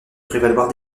prévaloir